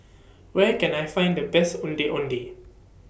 Where Can I Find The Best Ondeh Ondeh